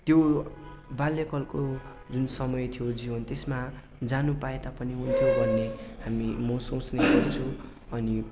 त्यो बाल्यकालको जुन समय थियो जीवन त्यसमा जानु पाए तापनि हुन्थ्यो भन्ने हामी म सोच्ने गर्छु अनि